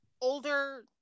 Older